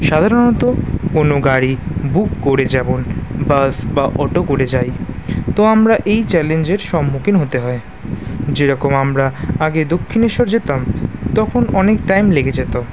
সাধারণত কোনো গাড়ি বুক করে যেমন বাস বা অটো করে যাই তো আমরা এই চ্যালেঞ্জের সম্মুখীন হতে হয় যেরকম আমরা আগে দক্ষিণেশ্বর যেতাম তখন অনেক টাইম লেগে যেত